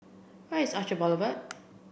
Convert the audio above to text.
where is Orchard Boulevard